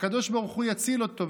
שהקדוש ברוך הוא יציל אותו,